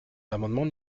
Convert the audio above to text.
l’amendement